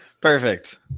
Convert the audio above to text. perfect